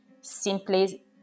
simply